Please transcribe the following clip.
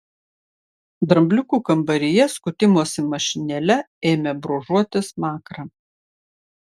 drambliukų kambaryje skutimosi mašinėle ėmė brūžuoti smakrą